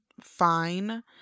fine